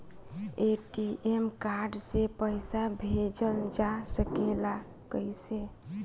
ATM card से पइसा भेजल जा सकेला कइसे?